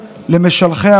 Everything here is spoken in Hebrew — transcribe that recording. במליאה.